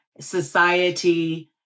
society